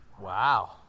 Wow